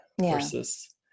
versus